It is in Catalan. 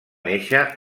néixer